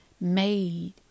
made